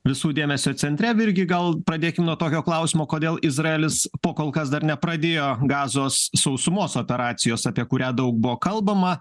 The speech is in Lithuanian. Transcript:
visų dėmesio centre virgi gal pradėkim nuo tokio klausimo kodėl izraelis po kol kas dar nepradėjo gazos sausumos operacijos apie kurią daug buvo kalbama